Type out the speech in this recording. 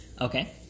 okay